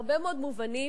בהרבה מאוד מובנים,